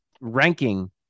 ranking